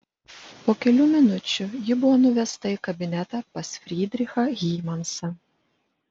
po kelių minučių ji buvo nuvesta į kabinetą pas frydrichą hymansą